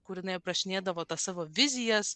kur jinai aprašinėdavo tas savo vizijas